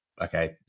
okay